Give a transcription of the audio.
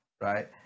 right